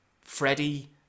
Freddie